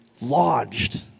lodged